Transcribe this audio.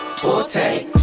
forte